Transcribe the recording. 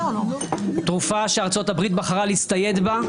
תרופה שארה"ב בחרה להצטייד בה,